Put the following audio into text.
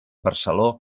barceló